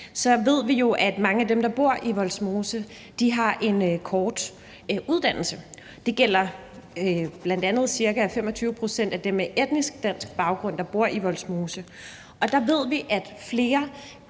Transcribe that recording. jo ved, at mange af dem, der bor i Vollsmose, har en kort uddannelse – det gælder bl.a. ca. 25 pct. af dem med etnisk dansk baggrund – og der ved vi, at den